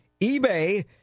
eBay